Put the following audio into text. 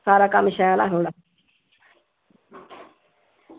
सारा कम्म शैल हा थुआढ़ा